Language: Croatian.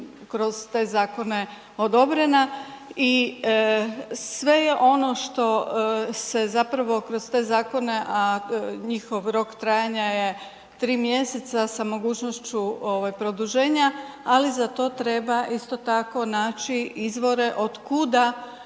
kroz te zakone odobrena i sve je ono što se zapravo kroz te zakone, a njihov rok trajanja je 3 mjeseca sa mogućnošću produženja, ali za to treba isto tako naći izvore otkuda